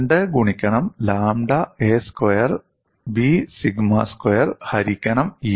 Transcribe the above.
2 ഗുണിക്കണം lambda a square B sigma square ഹരിക്കണം E